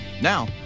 Now